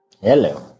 Hello